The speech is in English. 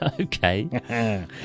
Okay